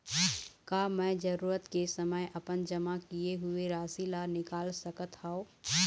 का मैं जरूरत के समय अपन जमा किए हुए राशि ला निकाल सकत हव?